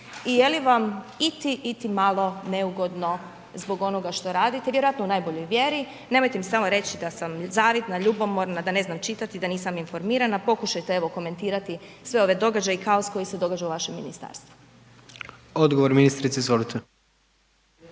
i je li vam iti malo neugodno, zbog onoga što radite, vjerojatno u najboljoj mjeri, nemojte nam samo reći da sam nezavidna, ljubomorna, da ne znam čitati, da nisam informirana, pokušajte, evo komentirati sve ove događaje i kaos koje se događa u vašem ministarstvu.